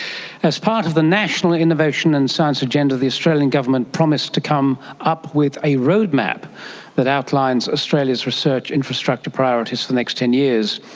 as part of the national innovation and science agenda, the australian government promised to come up with a roadmap that outlines australia's research infrastructure priorities for the next ten years,